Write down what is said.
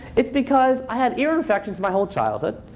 it's because i had ear infections my whole childhood,